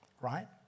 right